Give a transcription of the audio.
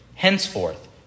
Henceforth